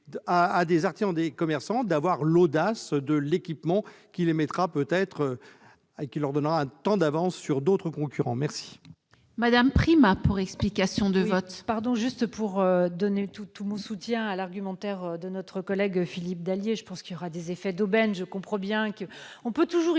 à des artisans et des commerçants d'avoir l'audace de l'équipement leur donnant un temps d'avance sur d'autres concurrents. La